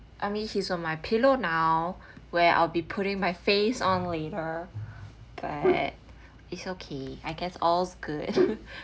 I mean he's on my pillow now where I'll be putting my face on later but is okay I guess all's good